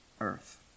earth